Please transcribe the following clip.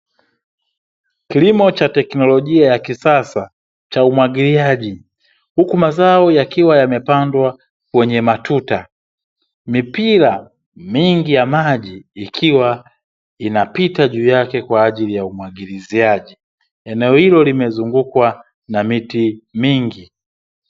Kilimo cha teknolojia ya kisasa cha umwagiliaji huku mazao yakiwa yamepandwa kwenye matuta, mipira mingi ya maji ikiwa inapita juu yake kwa ajili ya umwagiliziaji. Eneo hilo limezunguukwa na miti mingi.